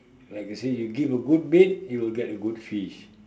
like you see you give a good bait you will get a good fish